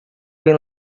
been